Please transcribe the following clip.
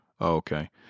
okay